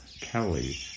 Kelly